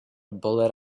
bullet